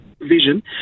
vision